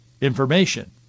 information